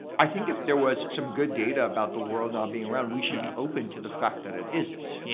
i think if there was some good data about the world not being round, we should be open to the fact that it isn't.